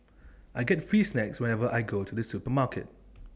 I get free snacks whenever I go to the supermarket